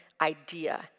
idea